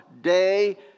day